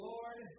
Lord